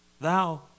Thou